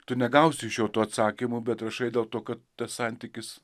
tu negausi iš jo tų atsakymų bet rašai dėl to kad tas santykis